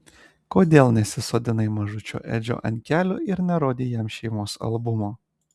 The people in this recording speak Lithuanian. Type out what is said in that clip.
kodėl nesisodinai mažučio edžio ant kelių ir nerodei jam šeimos albumo